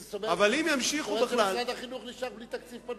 זאת אומרת שמשרד החינוך נשאר בלי תקציב פנוי.